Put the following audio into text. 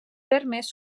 termes